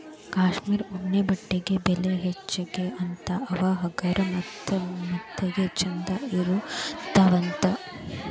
cashmere ಉಣ್ಣೆ ಬಟ್ಟೆಗೆ ಬೆಲಿ ಹೆಚಗಿ ಅಂತಾ ಅವ ಹಗರ ಮತ್ತ ಮೆತ್ತಗ ಚಂದ ಇರತಾವಂತ